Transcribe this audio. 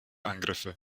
angriffe